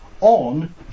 on